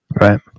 right